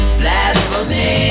blasphemy